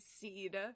seed